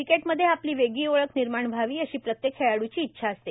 क्रिकेटमध्ये आपली वेगळी ओळख निर्माण व्हावी अशी प्रत्येक खेळाडूंची इच्छा असते